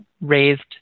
raised